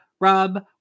Rob